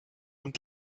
und